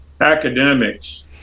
academics